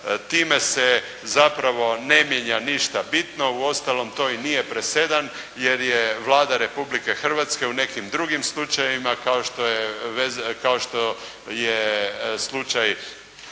time se zapravo ne mijenja ništa bitno, u ostalom to i nije presedan, jer je Vlada Republike Hrvatske u nekim drugim slučajevima, kao što je slučaj